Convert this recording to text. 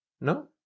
No